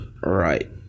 Right